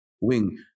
wing